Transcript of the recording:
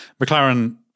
McLaren